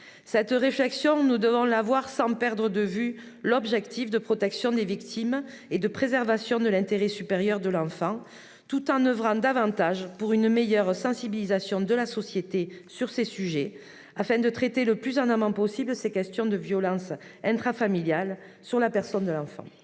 cette réflexion sans perdre de vue l'objectif de protection des victimes et de préservation de l'intérêt supérieur de l'enfant. Nous devons également mettre l'accent sur une meilleure sensibilisation de la société sur ces sujets, afin de traiter le plus en amont possible les violences intrafamiliales sur la personne de l'enfant.